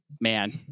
man